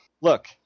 Look